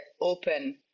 open